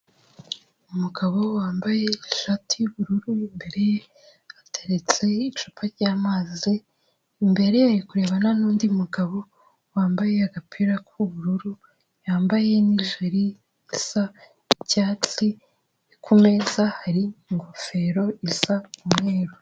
Umugabo wambaye ishati y'ubururu imbere ye hateretse icupa ry'amazi, imbere ari kurebana n'undi mugabo wambaye agapira k'ubururu, yambaye n'ijiri isa icyatsi. Ku meza hari ingofero isa umweru.